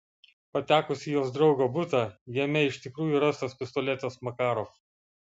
patekus į jos draugo butą jame iš tikrųjų rastas pistoletas makarov